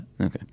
Okay